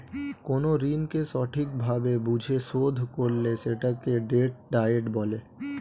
কোন ঋণকে সঠিক ভাবে বুঝে শোধ করলে সেটাকে ডেট ডায়েট বলে